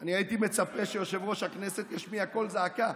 אני הייתי מצפה שיושב-ראש הכנסת ישמיע קול זעקה.